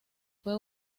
fue